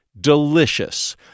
Delicious